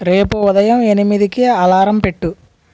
రేపు ఉదయం ఎనిమిదికి అలారం పెట్టు